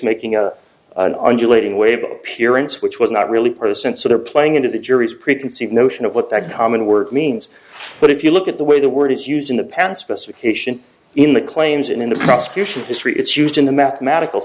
making a undulating wave appearance which was not really present so they're playing into the jury's preconceived notion of what that common word means but if you look at the way the word is used in the pan specification in the claims in the prosecution's history it's used in the mathematical